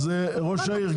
ראש העיר,